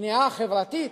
כניעה חברתית